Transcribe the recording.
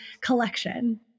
collection